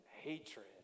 hatred